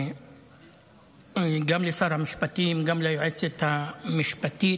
גם לשר המשפטים, גם ליועצת המשפטית.